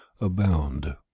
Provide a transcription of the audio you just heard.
abound